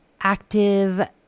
active